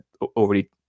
already